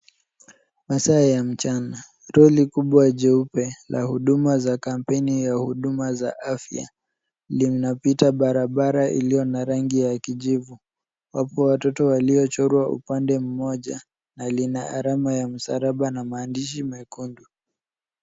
Masaa ya mchana. Lori kubwa jeupe la huduma za kampeni ya huduma za afya, linapita barabara iliyo na rangi ya kijivu. Wapo watoto waliochorwa upande mmoja. Na lina alama ya msalaba na maandishi mekundu.